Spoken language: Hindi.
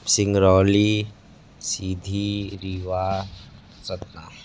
सिंगरौली सीधी रीवा सतना